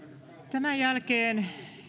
tämän jälkeen